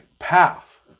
path